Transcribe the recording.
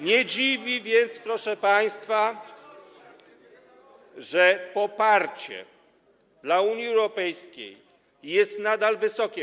Nie dziwi więc, proszę państwa, że poparcie dla Unii Europejskiej jest nadal wysokie.